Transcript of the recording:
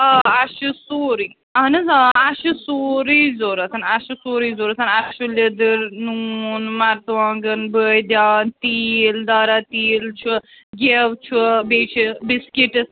آ اَسہِ چھُ سورُے اَہن حظ آ اَسہِ چھُ سورُے ضروٗرت اَسہِ چھُ سورُے ضروٗرت اَسہِ چھُ لیٚدٕر نوٗن مَرژٕوانٛگَن بٲدیان تیٖل دارا تیٖل چھُ گٮ۪و چھُ بیٚیہِ چھِ بِسکِٹٕس